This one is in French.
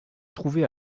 trouvait